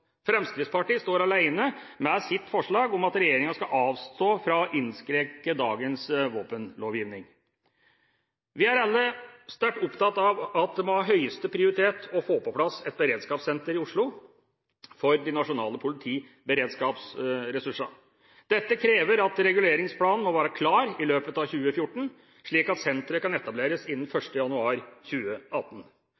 Fremskrittspartiet står alene med sitt forslag om at regjeringa skal avstå fra å innskrenke dagens våpenlovgivning. Vi er alle sterkt opptatt av at det må ha høyeste prioritet å få på plass et beredskapssenter i Oslo for de nasjonale politiberedskapsressursene. Dette krever at reguleringsplanen må være klar i løpet av 2014, slik at senteret kan etableres innen